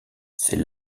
c’est